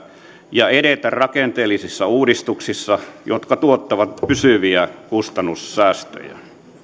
ja edetä rakenteellisissa uudistuksissa jotka tuottavat pysyviä kustannussäästöjä